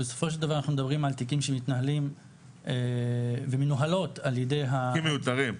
מדברים על תיקים שמתנהלים ומנוהלות על ידי --- תיקים מיותרים.